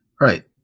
Right